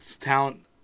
talent